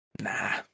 nah